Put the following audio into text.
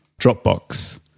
Dropbox